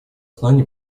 знаний